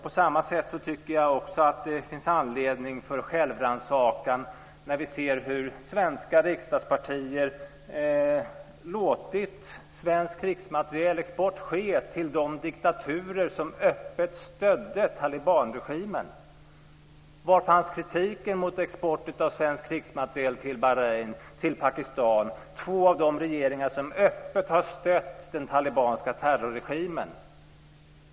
På samma sätt tycker jag också att det finns anledning till självrannsakan när vi ser hur svenska riksdagspartier låtit svensk krigsmaterielexport ske till de diktaturer som öppet stödde talibanregimen. Var fanns kritiken mot export av svensk krigsmateriel till Bahrain och till Pakistan, två av de regeringar som öppet har stött den talibanska terrorregimen?